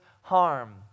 harm